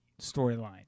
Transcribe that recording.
storyline